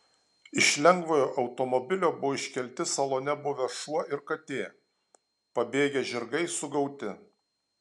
iš lengvojo automobilio buvo iškelti salone buvę šuo ir katė pabėgę žirgai sugauti